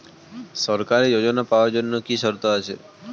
সরকারী যোজনা পাওয়ার জন্য কি কি শর্ত আছে?